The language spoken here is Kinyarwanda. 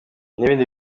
n’ibindi